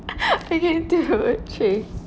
I can't do the work three